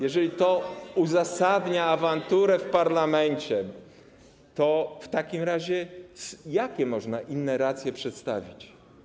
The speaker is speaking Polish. Jeżeli to uzasadnia awanturę w parlamencie, to w takim razie jakie można inne racje przedstawić?